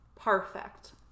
Perfect